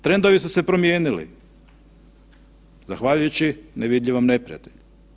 Trendovi su se promijenili zahvaljujući nevidljivom neprijatelju.